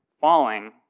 falling